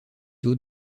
zoo